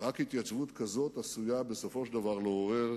רק התייצבות כזאת עשויה בסופו של דבר לעורר